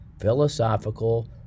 philosophical